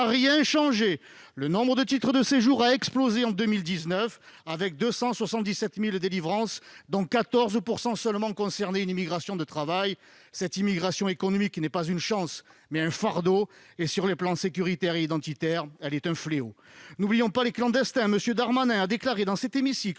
rien changé : le nombre de titres de séjour a explosé en 2019, avec 277 000 délivrances, dont 14 % seulement concernait une immigration de travail. Cette immigration économique est non pas une chance, mais un fardeau. Du point de vue sécuritaire et identitaire, elle est un fléau. N'oublions pas les clandestins. Dans cet hémicycle,